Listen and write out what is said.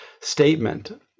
statement